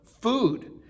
Food